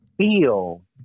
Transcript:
feel